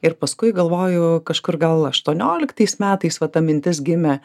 ir paskui galvoju kažkur gal aštuonioliktais metais va ta mintis gimė